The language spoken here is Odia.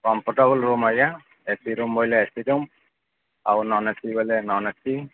କମ୍ଫର୍ଟେବୁଲ୍ ରୁମ୍ ଆଜ୍ଞା ଏ ସି ରୁମ୍ ବୋଇଲେ ଏ ସି ରୁମ୍ ଆଉ ନନ୍ ଏ ସି ବୋଇଲେ ନନ୍ ଏ ସି